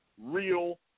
real